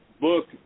book